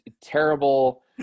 Terrible